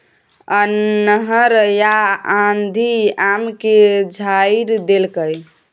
अन्हर आ आंधी आम के झाईर देलकैय?